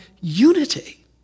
unity